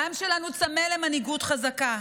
העם שלנו צמא למנהיגות חזקה.